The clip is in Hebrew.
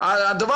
ואלה תהליכים,